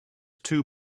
two